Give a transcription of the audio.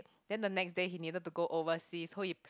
then the next day he needed to go overseas so he